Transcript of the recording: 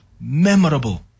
memorable